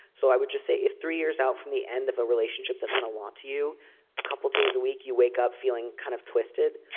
so i would just say if three years out from the end of a relationship that meant a lot to you a couple times a week you wake up feeling kind of twisted.